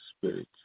Spirit